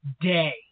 day